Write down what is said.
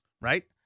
right